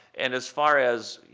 and as far as,